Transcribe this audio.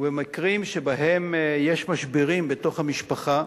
ובמקרים שבהם יש משברים בתוך המשפחה,